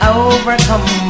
overcome